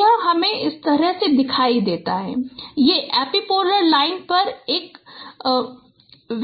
तो यह हमें दिखाता है कि यह एपिपोलर लाइन पर एक